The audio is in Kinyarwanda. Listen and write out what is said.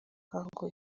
kuko